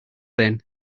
then